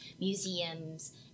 museums